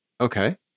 Okay